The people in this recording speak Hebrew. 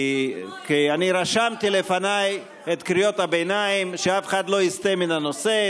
אני רשמתי לפניי את קריאות הביניים שאף אחד לא יסטה מן הנושא,